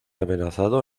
amenazado